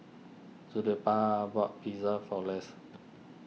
Zilpah bought Pizza for Less